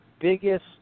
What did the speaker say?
biggest